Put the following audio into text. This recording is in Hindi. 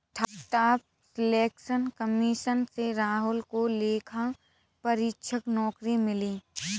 स्टाफ सिलेक्शन कमीशन से राहुल को लेखा परीक्षक नौकरी मिली